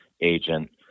agent